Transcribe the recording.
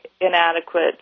inadequate